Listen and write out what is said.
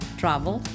travel